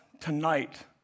tonight